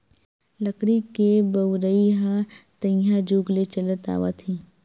लकड़ी के बउरइ ह तइहा जुग ले चलत आवत हे